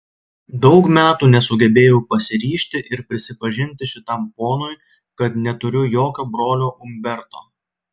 daug metų nesugebėjau pasiryžti ir prisipažinti šitam ponui kad neturiu jokio brolio umberto